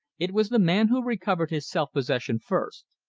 it was the man who recovered his self-possession first.